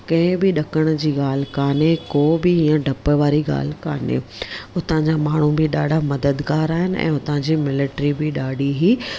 कंहिं बि ॾकण जी ॻाल्हि कोन्हे को बि ईअं डप वारी ॻाल्हि कोन्हे उतां जा माण्हू बि ॾाढा मददगार आहिनि ऐं हुतां जी मिलेटरी बि ॾाढी ई